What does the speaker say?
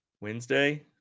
Wednesday